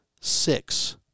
six